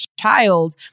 child